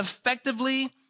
effectively